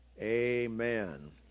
Amen